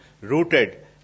rooted